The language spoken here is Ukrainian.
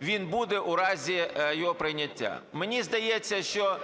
він буде у разі його прийняття. Мені здається, що